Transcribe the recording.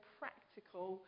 practical